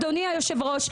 אדוני היושב ראש,